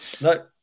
No